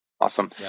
Awesome